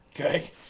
Okay